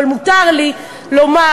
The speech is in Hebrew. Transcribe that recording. אבל מותר לי לומר,